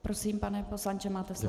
Prosím, pane poslanče, máte slovo.